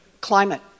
Climate